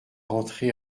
entrer